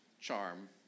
charm